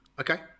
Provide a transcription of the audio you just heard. okay